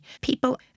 people